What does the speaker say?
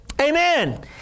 Amen